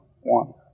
one